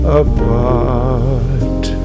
apart